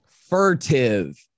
furtive